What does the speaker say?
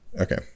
okay